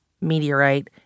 meteorite